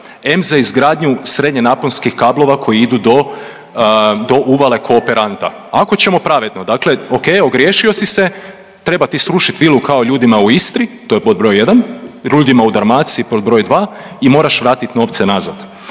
em za izgradnju srednjenaponskih kablova koji idu do, do uvale kooperanta. Ako ćemo pravedno, dakle oke, ogriješio si se, treba ti srušit vilu kao ljudima u Istri, to je pod br. 1, ljudima u Dalmaciji pod br. 2 i moraš vratit novce nazad.